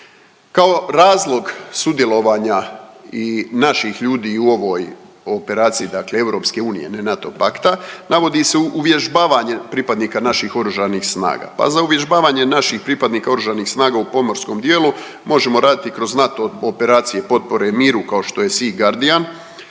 Kao razlog sudjelovanja i naših ljudi i u ovoj operaciji dakle EU, ne NATO pakta navodi se uvježbavanje pripadnika naših oružanih snaga. Pa za uvježbavanje naših pripadnika oružanih snaga u pomorskom dijelu možemo raditi kroz NATO operacije i potpore miru kao što je Sea guardian,